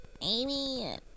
Amy